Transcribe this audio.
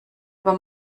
über